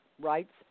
rights